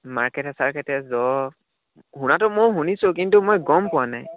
মাৰ্কেটে চাৰ্কেটে জ'ব শুনাটো ময়ো শুনিছোঁ কিন্তু মই গম পোৱা নাই